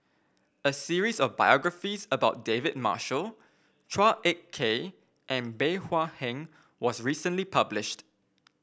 a series of biographies about David Marshall Chua Ek Kay and Bey Hua Heng was recently published